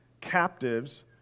captives